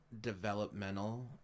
developmental